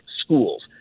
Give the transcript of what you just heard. schools